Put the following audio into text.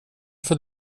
för